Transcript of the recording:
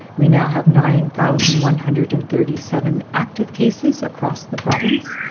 we now have nine thousand one hundred and thirty seven active cases across the province,